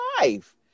life